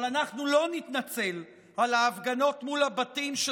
אבל אנחנו לא נתנצל על ההפגנות מול הבתים של